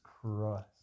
Christ